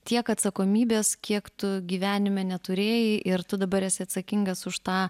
tiek atsakomybės kiek tu gyvenime neturėjai ir tu dabar esi atsakingas už tą